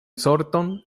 sorton